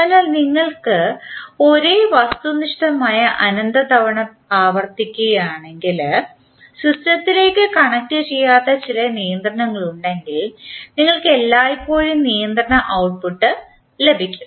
അതിനാൽ നിങ്ങൾ ഒരേ വസ്തുനിഷ്ഠമായ അനന്ത തവണ ആവർത്തിക്കുകയാണെങ്കിൽ സിസ്റ്റത്തിലേക്ക് കണക്റ്റുചെയ്യാത്ത ചില നിയന്ത്രണങ്ങളുണ്ടെങ്കിൽ നിങ്ങൾക്ക് എല്ലായ്പ്പോഴും നിയന്ത്രണ ഔട്ട്പുട്ട് ലഭിക്കും